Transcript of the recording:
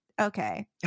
Okay